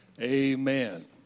Amen